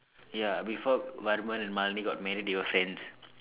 ya before Varman and Malene got married they were friends